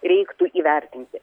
reiktų įvertinti